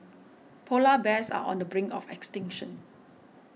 Polar Bears are on the brink of extinction